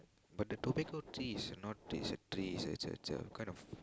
but the tobacco tree is not the exact tree it's the the kind of